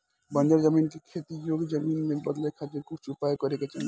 बंजर जमीन के खेती योग्य जमीन में बदले खातिर कुछ उपाय करे के चाही